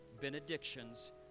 benedictions